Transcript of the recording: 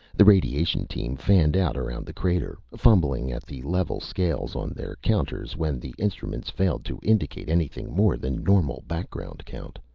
the radiation team fanned out around the crater, fumbling at the level scales on their counters when the instruments failed to indicate anything more than normal background count.